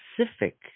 specific